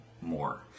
more